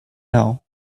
now